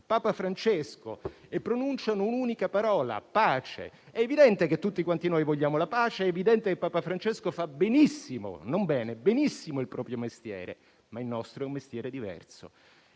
Papa Francesco, e pronunciano un'unica parola, pace. È evidente che tutti vogliamo la pace e che Papa Francesco fa benissimo - non bene - il proprio mestiere, ma il nostro è un mestiere diverso.